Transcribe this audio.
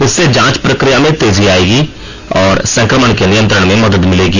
इससे जांच प्रकिया में तेजी आयेगी और संकमण के नियंत्रण में मदद मिलेगी